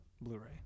Blu-ray